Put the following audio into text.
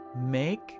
Make